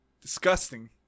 disgusting